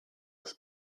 was